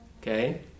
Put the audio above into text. okay